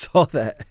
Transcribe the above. author.